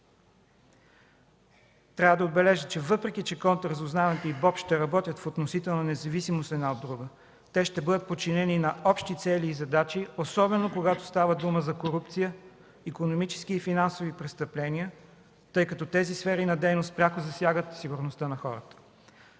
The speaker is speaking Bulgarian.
Трябва да отбележа, че въпреки че контраразузнаването и БОП ще работят в относителна независимост една от друга, те ще бъдат подчинени на общи цели и задачи, особено когато става дума за корупция, икономически и финансови престъпления, тъй като тези сфери на дейност пряко засягат сигурността на хората.